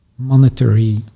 monetary